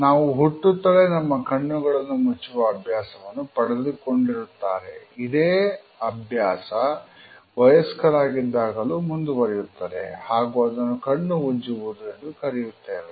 ನಾವು ಹುಟ್ಟುತ್ತಲೆ ನಮ್ಮ ಕಣ್ಣುಗಳನ್ನು ಮುಚ್ಚುವ ಅಭ್ಯಾಸವನ್ನು ಪಡೆದುಕೊಂಡಿರುತ್ತಾರೆ ಇದೇ ಅಭ್ಯಾಸ ವಯಸ್ಕರ ಆಗಿದ್ದಾಗಲೂ ಮುಂದುವರೆಯುತ್ತದೆ ಹಾಗೂ ಅದನ್ನು ಕಣ್ಣು ಉಜ್ಜುವುದು ಎಂದು ಕರೆಯುತ್ತೇವೆ